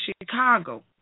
Chicago